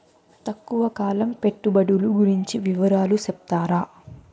తక్కువ కాలం పెట్టుబడులు గురించి వివరాలు సెప్తారా?